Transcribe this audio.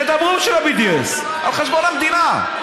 הם ידברו על ה-BDS על חשבון המדינה.